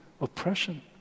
oppression